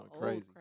crazy